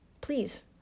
please